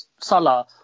Salah